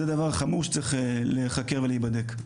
זה דבר חמור שצריך להיחקר ולהיבדק.